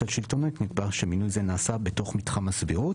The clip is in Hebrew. השלטונית נקבע שמינוי זה נעשה בתוך מתחם הסבירות.